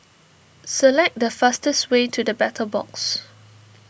select the fastest way to the Battle Box